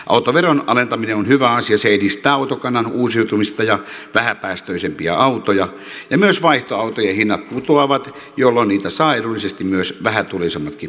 autoveron alentaminen on hyvä asia se edistää autokannan uusiutumista ja vähäpäästöisempiä autoja ja myös vaihtoautojen hinnat putoavat jolloin niitä saavat edullisesti myös vähätuloisemmatkin ihmiset